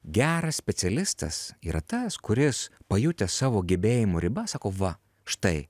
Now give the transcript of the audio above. geras specialistas yra tas kuris pajutęs savo gebėjimų ribas sako va štai